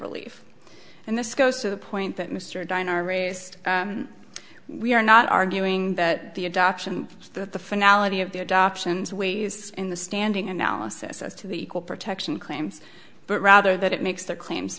relief and this goes to the point that mr dein are raised we are not arguing that the adoption that the finality of the adoptions weighs in the standing analysis as to the equal protection claims but rather that it makes the claims